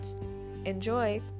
Enjoy